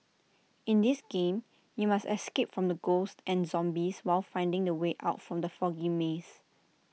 in this game you must escape from the ghosts and zombies while finding the way out from the foggy maze